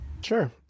Sure